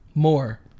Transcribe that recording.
More